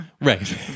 Right